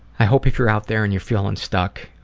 i hope if you're out there and you're feeling stuck,